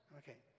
okay